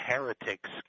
heretics